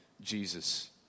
Jesus